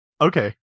okay